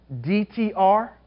DTR